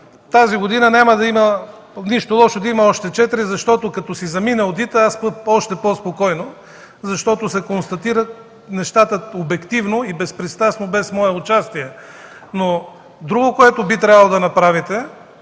Тази година няма да има нищо лошо да има още четири, защото като си замине одита аз спя още по-спокойно, защото се констатират нещата обективно и безпристрастно, без мое участие. Друго, което би трябвало да направите